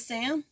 Sam